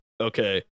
okay